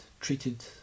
treated